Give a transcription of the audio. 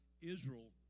Israel